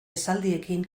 esaldiekin